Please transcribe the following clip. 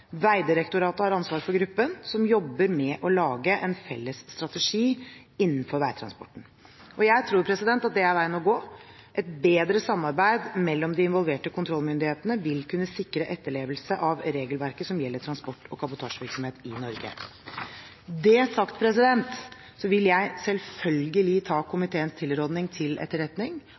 Vegdirektoratet har ansvar for gruppen, som jobber med å lage en felles strategi innenfor veitransporten. Jeg tror dette er veien å gå. Et bedre samarbeid mellom de involverte kontrollmyndighetene vil kunne sikre etterlevelse av regelverket som gjelder transport og kabotasjevirksomhet i Norge. Når det er sagt, vil jeg selvfølgelig ta